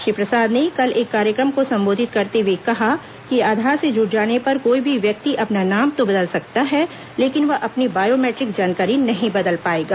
श्री प्रसाद ने कल एक कार्यक्रम को संबोधित करते हुए कहा कि आधार से जुड जाने पर कोई भी व्यक्ति अपना नाम तो बदल सकता है लेकिन वह अपनी बायोमेट्रिक जानकारी नहीं बदल पाएगा